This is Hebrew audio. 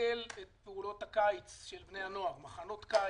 לבטל את פעולות הקיץ של בני הנוער, מחנות קיץ,